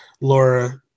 Laura